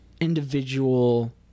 individual